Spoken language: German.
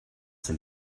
sind